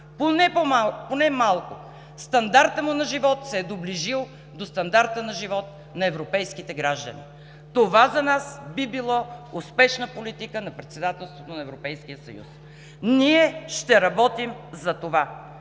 поне малко стандартът му на живот се е доближил до стандарта на живот на европейските граждани. Това за нас би било успешна политика на Председателството на Европейския съюз. Ние ще работим за това!